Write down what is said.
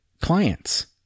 clients